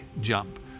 jump